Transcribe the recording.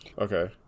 Okay